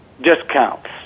discounts